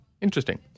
Interesting